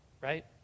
right